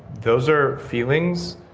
those are feelings,